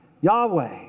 Yahweh